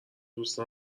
دوست